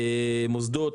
מוסדות,